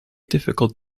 difficult